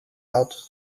altos